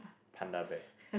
Panda bear